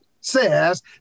says